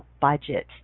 budget